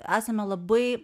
esame labai